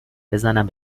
بزنم